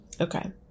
Okay